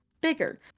bigger